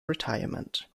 retirement